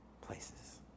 places